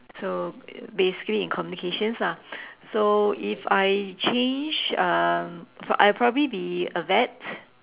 so basically in communications lah so if I change um I'll probably be a vet